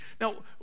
Now